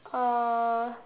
uh